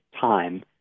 time